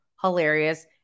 hilarious